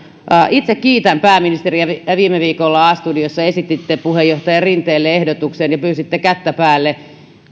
itse kiitän pääministeriä viime viikolla a studiossa esititte puheenjohtaja rinteelle ehdotuksen ja pyysitte kättä päälle